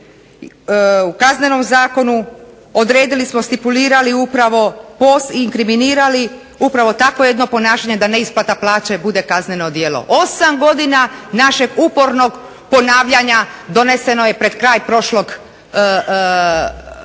u Kaznenom zakonu odredili smo, stipulirali upravo, post i inkriminirali upravo takvo jedno ponašanje da neisplata plaće bude kazneno djelo. Osam godina našeg upornog ponavljanja doneseno je pred kraj prošlog